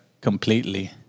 completely